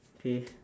okay